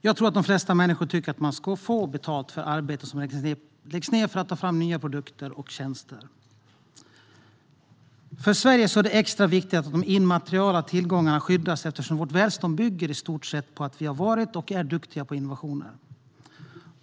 Jag tror att de flesta människor tycker att man ska få betalt för arbete som läggs ned på att ta fram nya produkter och tjänster. För Sverige är det extra viktigt att immateriella tillgångar skyddas eftersom vårt välstånd i stort sett bygger på att vi har varit och är duktiga på innovationer.